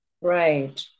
Right